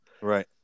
Right